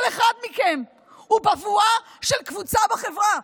כל אחד מכם הוא בבואה של קבוצה בחברה.